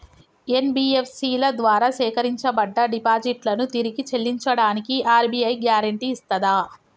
NBFC ల ద్వారా సేకరించబడ్డ డిపాజిట్లను తిరిగి చెల్లించడానికి ఆర్.బి.ఐ గ్యారెంటీ ఇస్తదా?